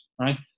right